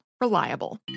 reliable